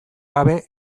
gabe